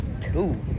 two